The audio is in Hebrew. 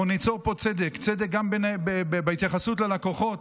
אנחנו ניצור פה צדק, צדק גם בהתייחסות ללקוחות.